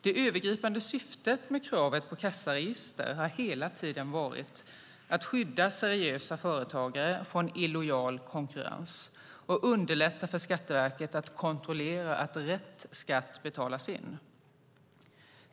Det övergripande syftet med kravet på kassaregister har hela tiden varit att skydda seriösa företagare från illojal konkurrens och underlätta för Skatteverket att kontrollera att rätt skatt betalas in.